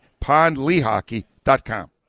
pondleehockey.com